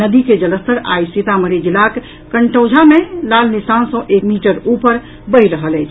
नदी के जलस्तर आइ सीतामढ़ी जिलाक कटौंझा मे लाल निशान सँ एक मीटर ऊपर बहि रहल अछि